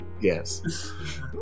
Yes